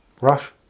Rush